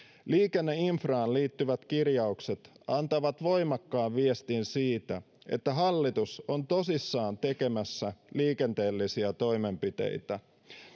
liikenneinfraan liittyvät kirjaukset antavat voimakkaan viestin siitä että hallitus on tosissaan tekemässä liikenteellisiä toimenpiteitä